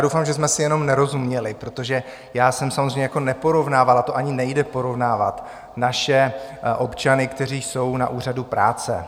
Doufám, že jsme si jenom nerozuměli, protože já jsem samozřejmě neporovnával, a to ani nejde porovnávat, naše občany, kteří jsou na úřadu práce.